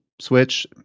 Switch